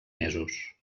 mesos